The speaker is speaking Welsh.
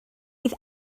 bydd